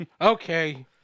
Okay